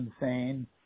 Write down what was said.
insane